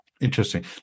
Interesting